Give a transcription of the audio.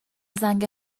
زنگ